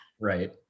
Right